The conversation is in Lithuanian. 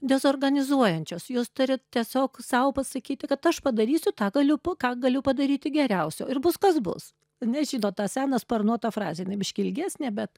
dezorganizuojančios jūs turit tiesiog sau pasakyti kad aš padarysiu tą galiu ką galiu padaryti geriausio ir bus kas bus nes žinot tą seną sparnuotą frazę jinai biškį ilgesnė bet